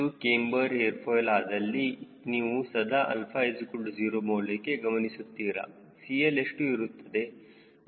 ಇದು camber airfoil ಆದಲ್ಲಿ ನೀವು ಸದಾ 𝛼 0 ಮೌಲ್ಯಕ್ಕೆ ಗಮನಿಸುತ್ತೀರಾ CL ಎಷ್ಟು ಇರುತ್ತದೆ